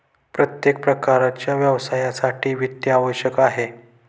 प्रत्येक प्रकारच्या व्यवसायासाठी वित्त आवश्यक आहे